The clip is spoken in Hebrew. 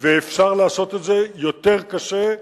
ואפשר לעשות את זה יותר קשה.